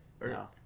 No